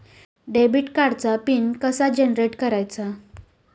Debit कार्डचा PIN कसा generate करायचा?